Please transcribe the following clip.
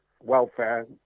welfare